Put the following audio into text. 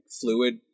fluid